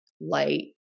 light